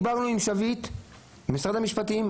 דיברנו עם שביט ממשרד המשפטים,